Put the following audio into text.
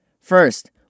First